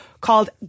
called